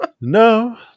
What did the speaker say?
no